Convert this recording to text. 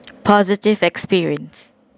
positive experience